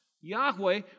Yahweh